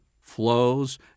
flows